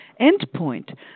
endpoint